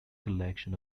collection